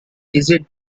digit